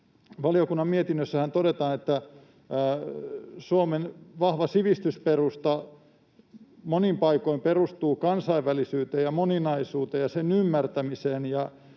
Valiokunnan mietinnössähän todetaan, että Suomen vahva sivistysperusta monin paikoin perustuu kansainvälisyyteen ja moninaisuuteen ja sen ymmärtämiseen,